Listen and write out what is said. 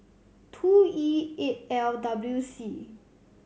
two E eight L W C